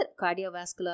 cardiovascular